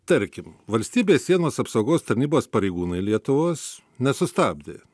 tarkim valstybės sienos apsaugos tarnybos pareigūnai lietuvos nesustabdė